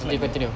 boleh continue